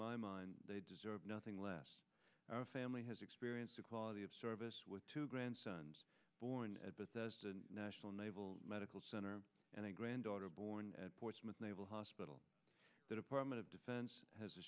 my mind they deserve nothing less our family has experienced a quality of service with two grandsons born at the national naval medical center and a granddaughter born at portsmouth naval hospital the department of defense has